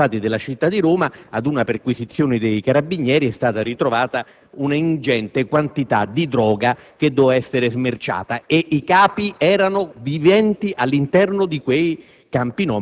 attrezzati della città di Roma, durante una perquisizione dei Carabinieri, è stata ritrovata un'ingente quantità di droga che doveva essere smerciata e i capi vivevano in quei